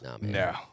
No